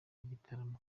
igitaramo